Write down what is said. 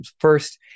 First